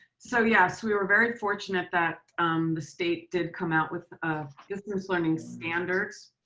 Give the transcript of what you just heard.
so yes, we were very fortunate that um the state did come out with business learning standards,